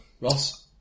Ross